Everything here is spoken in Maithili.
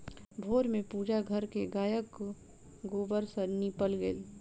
भोर में पूजा घर के गायक गोबर सॅ नीपल गेल